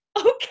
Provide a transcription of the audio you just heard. okay